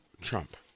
Trump